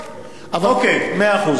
אני אסביר לך למה.